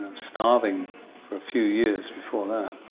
starving for a few years before that,